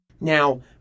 Now